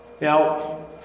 Now